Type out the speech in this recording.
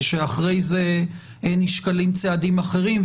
אחר כך נשקלים צעדים אחרים,